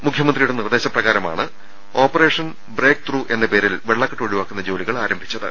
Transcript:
മുഖ്യമന്ത്രിയുടെ നിർദ്ദേശപ്രകാരമാണ് operation breakthrough എന്ന പേരിൽ വെള്ളക്കെട്ട് ഒഴിവാക്കുന്ന ജോലികൾ ആരംഭിച്ചത്